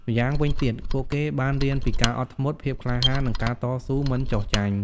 ម្យ៉ាងវិញទៀត ពួកគេបានរៀនពីភាពអត់ធ្មត់ ភាពក្លាហាន និងការតស៊ូមិនចុះចាញ់។